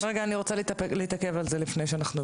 אני רוצה להתעכב על זה.